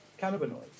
cannabinoids